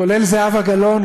כולל זהבה גלאון,